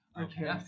Okay